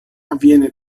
avviene